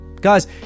Guys